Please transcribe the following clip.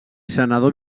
senador